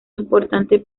importante